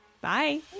Bye